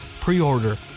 Pre-order